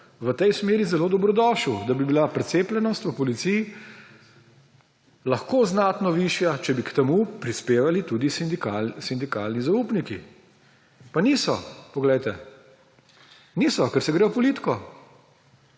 v tej smeri zelo dobrodošel, da bi bila precepljenost v policiji lahko znatno višja, če bi k temu prispevali tudi sindikalni zaupniki. Pa niso. Niso, ker se gredo politiko.